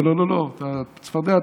לא, צפרדע טמונה.